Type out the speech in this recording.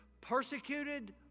Persecuted